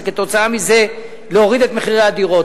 וכתוצאה מזה להוריד את מחירי הדירות,